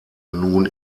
nun